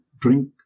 drink